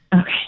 Okay